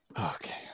Okay